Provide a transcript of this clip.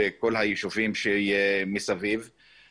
יש כמה ישובים ויש כמה ערים גדולות בישובים הערבים.